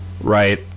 right